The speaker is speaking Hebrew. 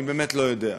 אני באמת לא יודע.